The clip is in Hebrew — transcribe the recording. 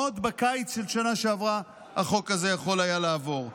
עוד בקיץ של שנה שעברה החוק הזה יכול היה לעבור.